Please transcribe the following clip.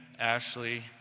Ashley